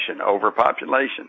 overpopulation